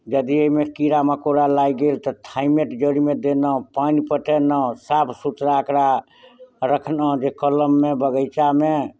यदि एहिमे कीड़ा मकोड़ा लागि गेल तऽ थाइमेट जड़िमे देलहुॅं पानि पटेलहुॅं साफ सुथरा एकरा राखलहुॅं जे कलममे बगिचा मे